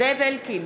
זאב אלקין,